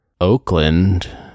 Oakland